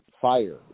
fire